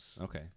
Okay